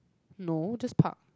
no just park